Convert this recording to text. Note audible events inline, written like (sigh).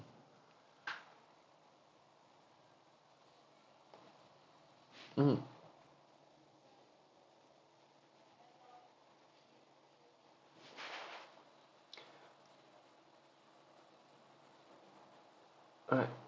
(breath) mmhmm (breath) alright